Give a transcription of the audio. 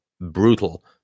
brutal